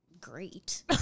great